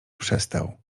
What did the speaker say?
przestał